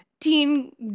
teen